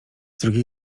drugiej